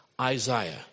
Isaiah